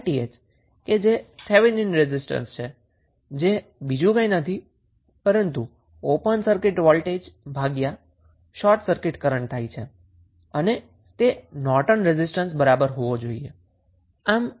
𝑅𝑇ℎ એ Thevenin resistance છે જે બીજુ કંઈ નથી પરંતુ ઓપન સર્કીટ વોલ્ટેજ ભાગ્યા શોર્ટ સર્કીટ કરન્ટ થાય છે અને તે નોર્ટન રેઝિસ્ટન્સને બરાબર હશે